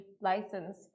license